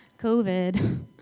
COVID